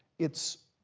it's